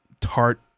tart